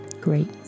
Great